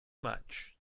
much